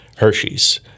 Hershey's